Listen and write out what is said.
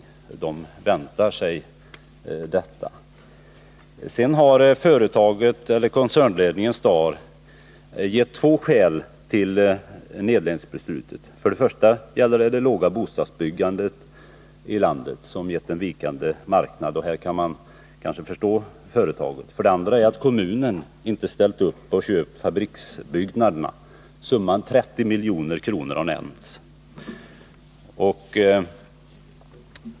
Man väntar sig detta. Stars koncernledning har gett två skäl till nedläggningsbeslutet. För det första har det låga bostadsbyggandet i landet gett en vikande marknad, och här kan man kanske förstå företaget. För det andra har kommunen inte ställt upp och köpt fabriksbyggnaderna; summan 30 milj.kr. har nämnts.